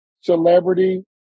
celebrity